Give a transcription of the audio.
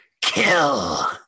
kill